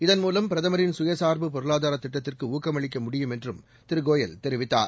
இதன்மூலம் பிரதமரின் சுயசார்பு பொருளாதார திட்டத்திற்கு ஊக்கமளிக்க முடியும் என்றும் திரு கோயல் தெரிவித்தார்